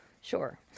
Sure